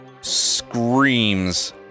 screams